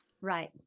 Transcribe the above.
Right